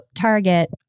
Target